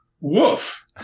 Woof